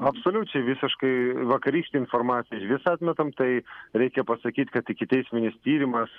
absoliučiai visiškai vakarykštę informaciją išvis atmetam tai reikia pasakyt kad ikiteisminis tyrimas